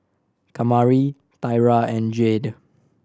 Kamari Thyra and Jayde